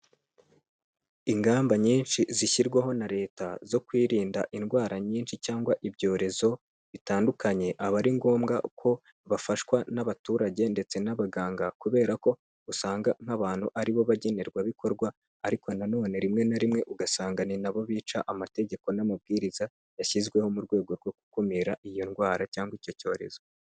Ingamba nyinshi zishyirwaho na leta zo kwirinda indwara nyinshi cyangwa ibyorezo bitandukanye, aba ari ngombwa ko bafashwa n'abaturage ndetse n'abaganga kubera ko usanga nk'abantu ari bo bagenerwabikorwa, ariko na none rimwe na rimwe ugasanga ni na bo bica amategeko n'amabwiriza yashyizweho mu rwego rwo gukumira iyo ndwara cyangwa icyo cyorezo.